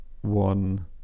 One